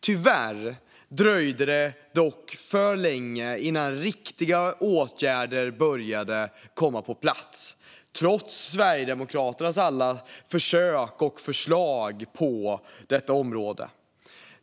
Tyvärr dröjde det dock för länge innan riktiga åtgärder började komma på plats, trots Sverigedemokraternas alla försök och förslag på området.